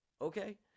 okay